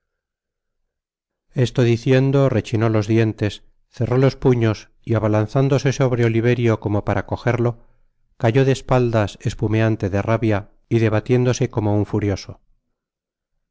esto diciendo rechinó los dientes cerró los puños y abalanzándose sobre oliverio como para cojerlo cayó de espaldas espumeante de rabia y debatiéndose como un furioso